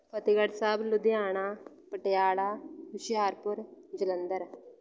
Fatehgarh Sahib Ludhiana Patiala Hoshiarpur Jalandhar